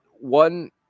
one